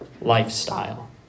lifestyle